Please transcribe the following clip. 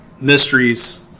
mysteries